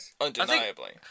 Undeniably